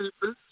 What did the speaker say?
people